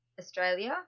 Australia